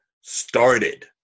started